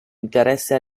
interesse